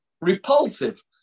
repulsive